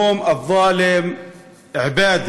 (אומר בערבית